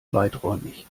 weiträumig